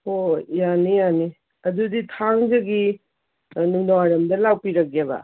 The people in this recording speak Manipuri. ꯍꯣꯏ ꯌꯥꯅꯤ ꯌꯥꯅꯤ ꯑꯗꯨꯗꯤ ꯊꯥꯡꯖꯒꯤ ꯅꯨꯡꯗꯥꯡ ꯋꯥꯏꯔꯝꯗ ꯂꯥꯛꯄꯤꯔꯒꯦꯕ